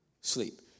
sleep